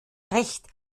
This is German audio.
recht